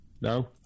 No